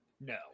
no